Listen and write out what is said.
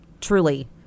truly